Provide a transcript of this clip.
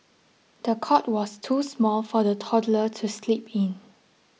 the cot was too small for the toddler to sleep in